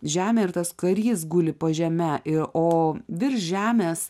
žemė ir tas karys guli po žeme ir o virš žemės